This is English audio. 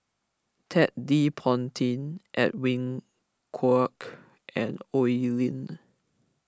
Ted De Ponti Edwin Koek and Oi Lin